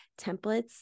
templates